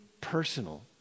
personal